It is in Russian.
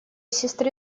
сестры